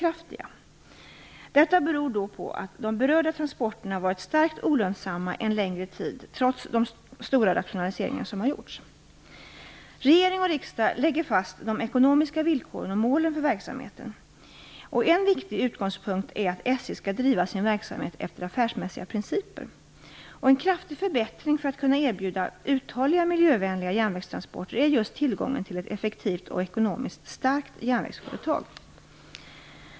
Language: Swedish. Det innebär bl.a. att SJ förväntas genomföra ett omfattande effektiviserings och rationaliseringsarbete. Det pågående rationaliseringsarbetet inom SJ Godstransportdivision är ett led i arbetet att leva upp till ägarens krav på att affärsverket SJ skall stärka sin lönsamhet. Det är av avgörande betydelse att SJ har en stark ekonomi för att därmed kunna erbjuda sina kunder en konkurrenskraftig service.